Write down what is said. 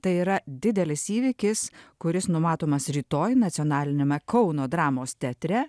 tai yra didelis įvykis kuris numatomas rytoj nacionaliniame kauno dramos teatre